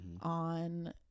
on